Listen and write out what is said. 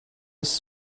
was